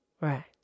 Right